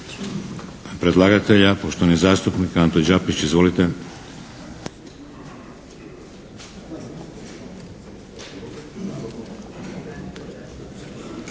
Hvala.